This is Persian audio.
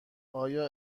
آیا